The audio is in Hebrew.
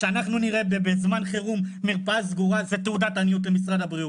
כשאנחנו נראה בזמן חירום מרפאה סגורה זה תעודת עניות למשרד הבריאות,